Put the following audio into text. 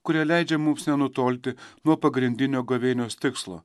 kurie leidžia mums nenutolti nuo pagrindinio gavėnios tikslo